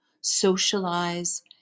socialize